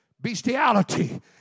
bestiality